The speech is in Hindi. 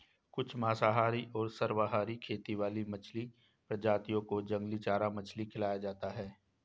कुछ मांसाहारी और सर्वाहारी खेती वाली मछली प्रजातियों को जंगली चारा मछली खिलाया जाता है